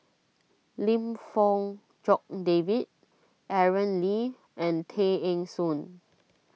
Lim Fong Jock David Aaron Lee and Tay Eng Soon